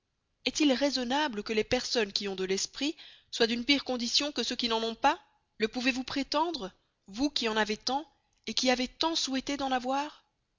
est-il raisonnable que les personnes qui ont de l'esprit soient d'une pire condition que celles qui n'en ont pas le pouvez-vous prétendre vous qui en avez tant et qui avez tant souhaité d'en avoir